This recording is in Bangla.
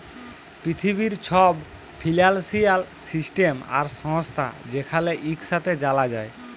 পিথিবীর ছব ফিল্যালসিয়াল সিস্টেম আর সংস্থা যেখালে ইকসাথে জালা যায়